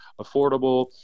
affordable